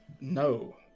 No